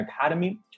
Academy